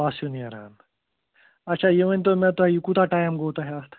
پَس ہیٛوٗ نیران اَچھا یہِ ؤنۍتو مےٚ تُہۍ یہِ کوٗتاہ ٹایم گوٚو تۅہہِ اَتھ